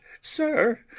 sir